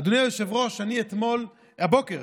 אדוני היושב-ראש, אני הבוקר